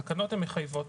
התקנות מחייבות,